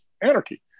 anarchy